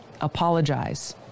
Apologize